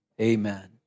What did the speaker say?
Amen